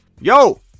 Yo